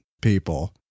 people